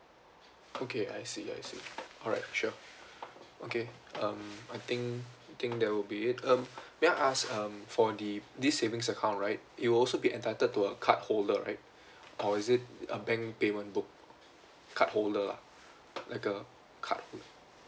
okay I see I see alright sure okay um I think I think that will be it um may I ask um for the this savings account right it will also be entitled to a card holder right or is it a bank payment book card holder lah like a card